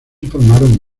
informaron